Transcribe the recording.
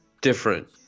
different